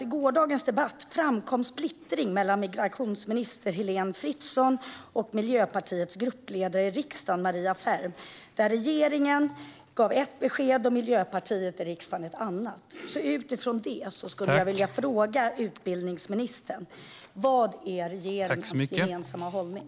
I gårdagens debatt framkom en splittring mellan migrationsminister Heléne Fritzon och Miljöpartiets gruppledare i riksdagen, Maria Ferm. Regeringen gav ett besked och Miljöpartiet i riksdagen ett annat. Utifrån det vill jag fråga utbildningsministern: Vilken är regeringens gemensamma hållning?